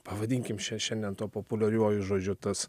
pavadinkim šia šiandien tuo populiariuoju žodžiu tas